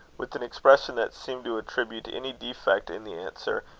with an expression that seemed to attribute any defect in the answer,